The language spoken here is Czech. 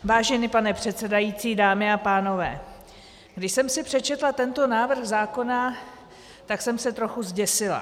Vážený pane předsedající, dámy a pánové, když jsem si přečetla tento návrh zákona, tak jsem se trochu zděsila.